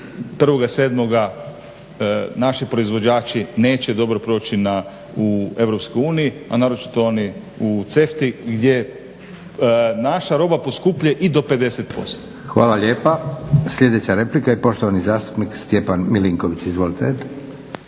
1. 7. naši proizvođači neće dobro proći u Europskoj a naročito oni u CEFTA-i gdje naša roba poskupljuje i do 50%.